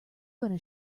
gonna